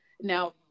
Now